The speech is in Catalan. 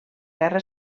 guerra